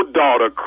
daughter